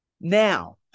Now